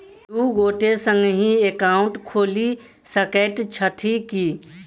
दु गोटे संगहि एकाउन्ट खोलि सकैत छथि की?